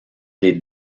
des